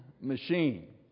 machine